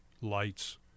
lights